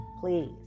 please